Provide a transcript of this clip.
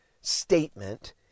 statement